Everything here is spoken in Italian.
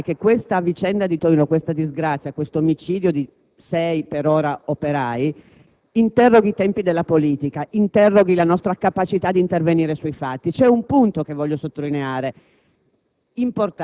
Mi pare che la vicenda di Torino, questa disgrazia, questo omicidio di sei - per ora - operai interroghi i tempi della politica, la nostra capacità di intervenire sui fatti. C'è un aspetto importante